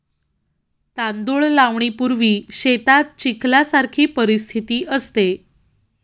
तांदूळ लावणीपूर्वी शेतात चिखलासारखी परिस्थिती असते